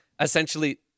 essentially